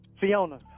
Fiona